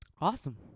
Awesome